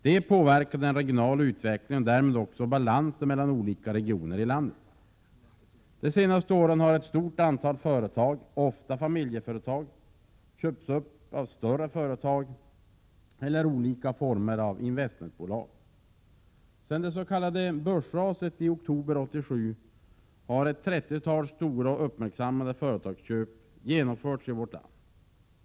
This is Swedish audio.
Det påverkar den regionala utvecklingen och därmed också balansen mellan olika regioner i landet. De senaste åren har ett stort antal företag, ofta familjeföretag, köpts upp av större företag eller olika former av investmentbolag. Sedan det s.k. börsraset i oktober 1987 har ett trettiotal stora och 113 uppmärksammade företagsköp genomförts i vårt land.